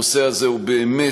הנושא הזה בעיני הוא באמת,